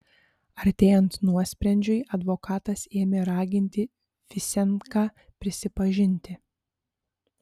artėjant nuosprendžiui advokatas ėmė raginti fisenką prisipažinti